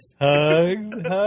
Hugs